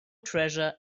treasure